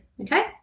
okay